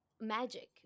magic